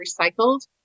recycled